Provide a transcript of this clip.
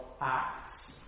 acts